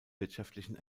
wirtschaftlichen